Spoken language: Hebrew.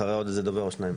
אחרי דובר או שניים.